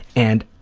and,